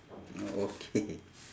okay